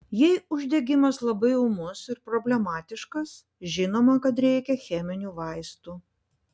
jei uždegimas labai ūmus ir problematiškas žinoma kad reikia cheminių vaistų